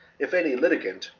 if any litigant,